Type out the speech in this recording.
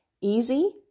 easy